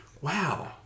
Wow